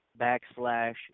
backslash